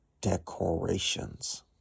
decorations